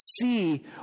see